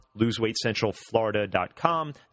LoseWeightCentralFlorida.com